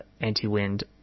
anti-wind